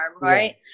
right